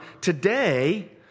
today